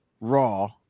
raw